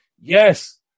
Yes